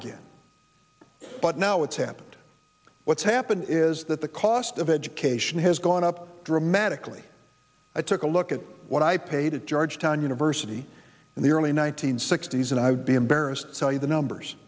again but now it's happened what's happened is that the cost of education has gone up dramatically i took a look at what i paid at georgetown university in the early one nine hundred sixty s and i would be embarrassed to tell you the numbers